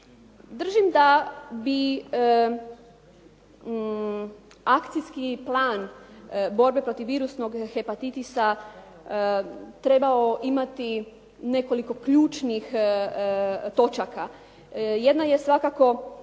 Držim da bi akcijski plan borbe protiv virusnog hepatitisa trebao imati nekoliko ključnih točaka. Jedna je svakako